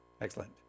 Excellent